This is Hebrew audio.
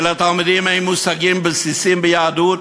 כי לתלמידים אין מושגים בסיסיים ביהדות